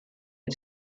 and